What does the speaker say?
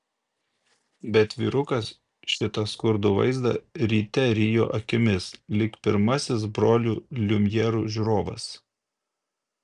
bet vyrukas šitą skurdų vaizdą ryte rijo akimis lyg pirmasis brolių liumjerų žiūrovas